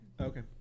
Okay